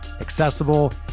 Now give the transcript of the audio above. accessible